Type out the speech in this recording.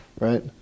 right